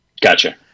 Gotcha